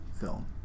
film